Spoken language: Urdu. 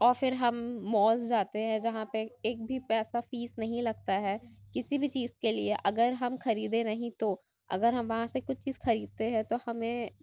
اور پھر ہم مالز جاتے ہیں جہاں پہ ایک بھی پیسہ فیس نہیں لگتا ہے کسی بھی چیز کے لیے اگر ہم خریدے نہیں تو اگر ہم وہاں سے کچھ چیز کھریدتے ہیں تو ہمیں